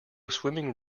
swimming